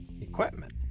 equipment